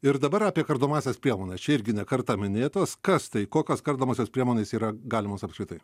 ir dabar apie kardomąsias priemones čia irgi ne kartą minėtos kas tai kokios kardomosios priemonės yra galimos apskritai